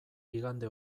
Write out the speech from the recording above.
igande